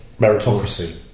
meritocracy